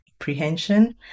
apprehension